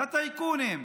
לטייקונים.